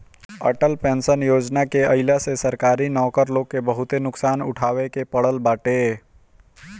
Atal pension Yojana के आईला से सरकारी नौकर लोग के बहुते नुकसान उठावे के पड़ल बाटे